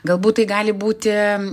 galbūt tai gali būti